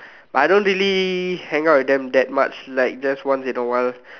but I don't really hang out with them that much like just once in a while